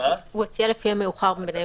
הוא הציע לפי המאוחר מביניהם.